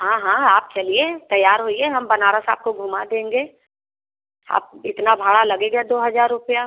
हाँ हाँ आप चलिए तैयार होइए हम बनारस आपको घुमा देंगे आप इतना भाड़ा लगेगा दो हज़ार रुपया